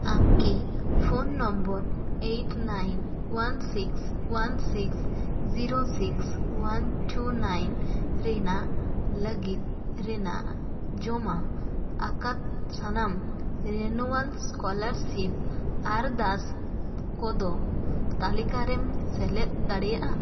ᱟᱢ ᱠᱤ phone number eight nine one six one six zero six one two nine ᱨᱮᱱᱟᱜ ᱞᱟᱹᱜᱤᱫ ᱨᱮᱱᱟᱜ ᱡᱚᱢᱟ ᱟᱠᱟᱫ ᱥᱟᱱᱟᱢ ᱨᱮᱱᱩᱣᱟᱞ ᱥᱠᱚᱞᱟᱨ ᱥᱤᱯ ᱟᱨᱫᱟᱥ ᱠᱚᱫᱚ ᱛᱟᱞᱤᱠᱟᱨᱮᱢ ᱥᱮᱞᱮᱫ ᱫᱟᱲᱮᱭᱟᱜᱼᱟ